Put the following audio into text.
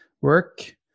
work